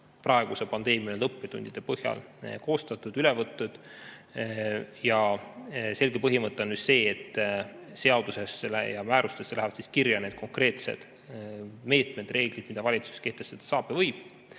praeguse pandeemia õppetundide põhjal koostatud ja sellest üle võetud. Selge põhimõte on see, et seadusesse ja määrustesse lähevad kirja need konkreetsed meetmed ja reeglid, mida valitsus kehtestada saab.